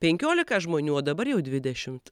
penkiolika žmonių o dabar jau dvidešimt